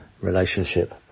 relationship